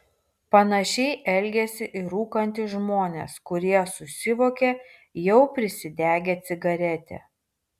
panašiai elgiasi ir rūkantys žmonės kurie susivokia jau prisidegę cigaretę